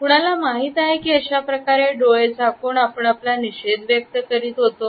कुणाला माहीत आहे की अशाप्रकारे डोळे झाकून आपण आपला निषेध व्यक्त करीत होतो